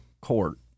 Court